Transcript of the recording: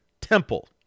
temple